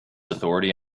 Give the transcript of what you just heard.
authority